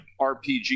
RPG